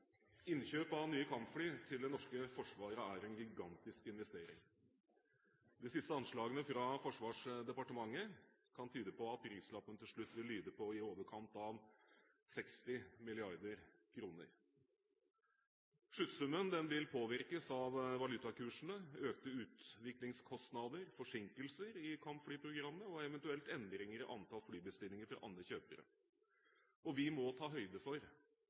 Innkjøp av nye kampfly til det norske forsvaret er en gigantisk investering. De siste anslagene fra Forsvarsdepartementet kan tyde på at prislappen til slutt vil lyde på i overkant av 60 mrd. kr. Sluttsummen vil påvirkes av valutakursene, økte utviklingskostnader, forsinkelser i kampflyprogrammet og eventuelt endringer i antall flybestillinger fra andre kjøpere. Vi må ta høyde for